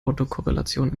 autokorrelation